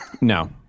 No